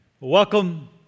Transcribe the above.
Welcome